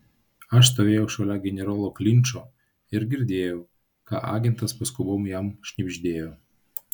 aš stovėjau šalia generolo klinčo ir girdėjau ką agentas paskubom jam šnibždėjo